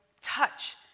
touch